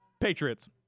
Patriots